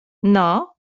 ale